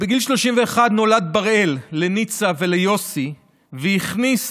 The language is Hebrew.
בגיל 31 נולד בראל לניצה וליוסי והכניס